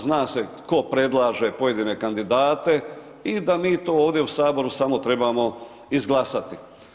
Zna se tko predlaže pojedine kandidate i da mi to ovdje u Saboru samo trebamo izglasati.